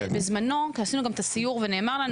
כשעשינו את הסיור נאמר לנו,